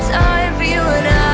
for you and i